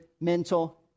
mental